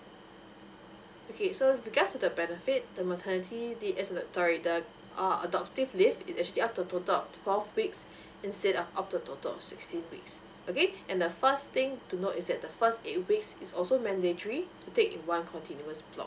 okay so with regard to the benefit the maternity leave eh sorry the err adoptive leave it's actually up to total of twelve weeks instead of up to total of sixteen weeks okay and the first thing to note is that the first eight weeks is also mandatory to take in one continuous block